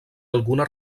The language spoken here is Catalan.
alguna